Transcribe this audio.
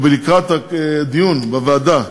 שלקראת הדיון בוועדה